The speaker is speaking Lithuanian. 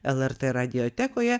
lrt radiotekoje